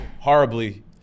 horribly